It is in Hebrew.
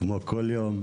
כמו כל יום,